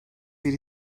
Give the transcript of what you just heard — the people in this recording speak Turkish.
bir